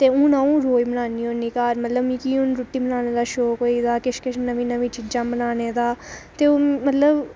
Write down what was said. ते हून अंऊ रोज़ बनान्नी होन्नी घर मतलब मिगी हून रुट्टी बनाने दा शौक होई गेदा किश किश नमीं नमीं चीज़ां बनाने दा ते ओह् मतलब